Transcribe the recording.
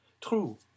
True